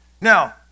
now